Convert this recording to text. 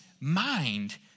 mind